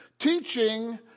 teaching